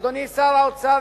אדוני שר האוצר,